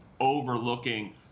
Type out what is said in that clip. overlooking